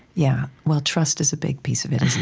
yeah, well, trust is a big piece of it,